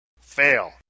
Fail